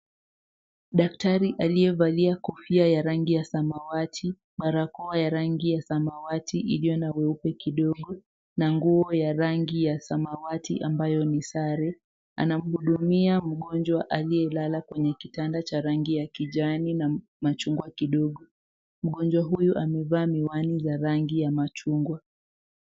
Daktari aliyevalia kofia ya rangi ya samawati, barakoa ya rangi ya samawati iliyo na weupe kidogo na nguo ya rangi ya samawati ambayo ni sare anamhudumia mgonjwa aliyelala kwenye kitanda cha rangi ya kijani na machungwa kidogo mgonjwa huyu amevaa miwani za rangi ya machungwa.